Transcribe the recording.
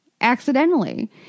Accidentally